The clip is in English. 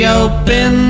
open